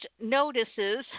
notices